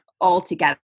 altogether